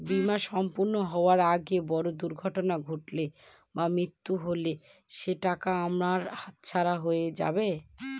বীমা সম্পূর্ণ হওয়ার আগে বড় দুর্ঘটনা ঘটলে বা মৃত্যু হলে কি সেইটাকা আমার হাতছাড়া হয়ে যাবে?